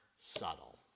subtle